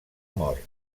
mort